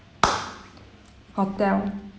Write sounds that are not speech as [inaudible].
[noise] hotel